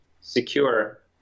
secure